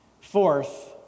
Fourth